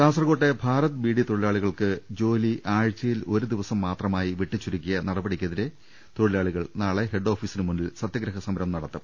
കാസർകോട്ടെ ഭാരത് ബീഡി തൊഴിലാളികൾക്ക് ജോലി ആഴ്ചയിൽ ഒരു ദിവസം മാത്രമായി വെട്ടിച്ചുരുക്കിയ നടപടിക്കെതിരെ തൊഴിലാളികൾ നാളെ ഹെഡ്ഡോഫീ സിന് മുന്നിൽ സത്യഗ്രഹ സമരം നടത്തും